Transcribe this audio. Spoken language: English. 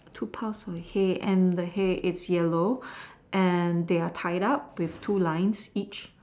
two piles of hay and they are yellow